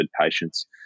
patients